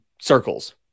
circles